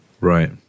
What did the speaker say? Right